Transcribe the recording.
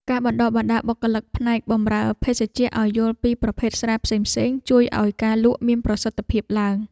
ការបណ្តុះបណ្តាលបុគ្គលិកផ្នែកបម្រើភេសជ្ជៈឱ្យយល់ពីប្រភេទស្រាផ្សេងៗជួយឱ្យការលក់មានភាពប្រសើរឡើង។